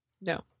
No